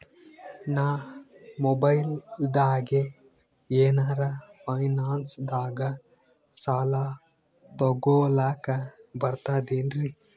ನಾ ಮೊಬೈಲ್ದಾಗೆ ಏನರ ಫೈನಾನ್ಸದಾಗ ಸಾಲ ತೊಗೊಲಕ ಬರ್ತದೇನ್ರಿ?